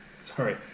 Sorry